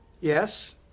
Yes